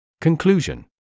Conclusion